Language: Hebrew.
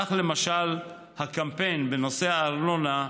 כך, למשל, הקמפיין בנושא הארנונה,